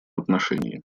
отношении